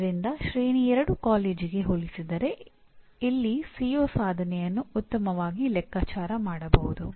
ಅದರಿಂದ ಶ್ರೇಣಿ 2 ಕಾಲೇಜಿಗೆ ಹೋಲಿಸಿದರೆ ಇಲ್ಲಿ ಸಿಒ ಸಾಧನೆಯನ್ನು ಉತ್ತಮವಾಗಿ ಲೆಕ್ಕಾಚಾರ ಮಾಡಬಹುದು